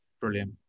Brilliant